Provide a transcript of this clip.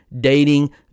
dating